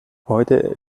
heute